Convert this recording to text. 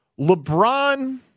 LeBron